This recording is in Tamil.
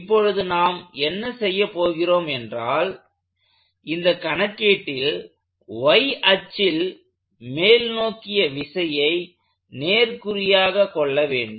இப்பொழுது நாம் என்ன செய்யப் போகிறோம் என்றால் இந்த கணக்கீட்டில் y அச்சில் மேல்நோக்கிய விசையை நேர்குறியாக கொள்ள வேண்டும்